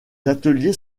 ateliers